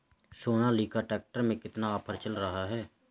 Sonalika tractor में कितना offer चल रहा है?